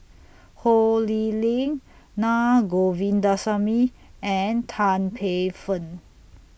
Ho Lee Ling Na Govindasamy and Tan Paey Fern